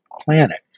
planet